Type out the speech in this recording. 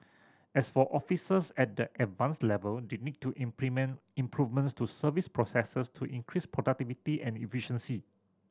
as for officers at the Advanced level they need to implement improvements to service processes to increase productivity and efficiency